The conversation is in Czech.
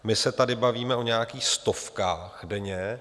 My se tady bavíme o nějakých stovkách denně.